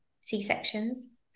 c-sections